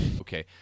Okay